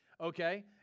Okay